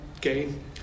game